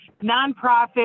nonprofit